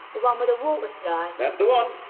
the one with the water slide? that's the one.